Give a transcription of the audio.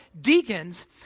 deacons